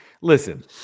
Listen